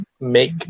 make